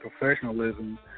professionalism